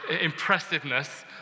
impressiveness